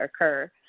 occur